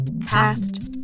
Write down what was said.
past